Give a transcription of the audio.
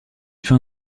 fin